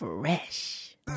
fresh